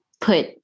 put